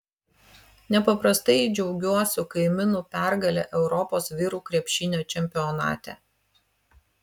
nepaprastai džiaugiuosi kaimynų pergale europos vyrų krepšinio čempionate